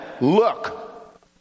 look